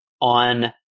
on